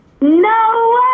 No